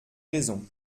raison